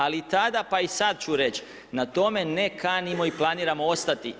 Ali i tada, pa i sad ću reći na tome ne kanimo i planiramo ostati.